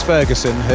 Ferguson